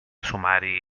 sumari